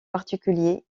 particulier